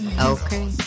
Okay